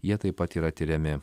jie taip pat yra tiriami